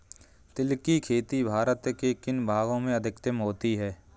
तिल की खेती भारत के किन भागों में अधिकतम होती है?